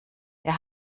der